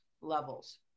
levels